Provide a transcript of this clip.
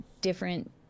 different